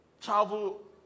travel